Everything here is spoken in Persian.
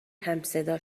همصدا